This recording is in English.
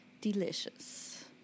Delicious